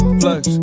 flex